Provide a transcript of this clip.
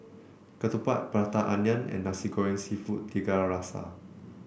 ketupat Prata Onion and Nasi Goreng seafood Tiga Rasa